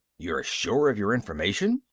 you're sure of your information?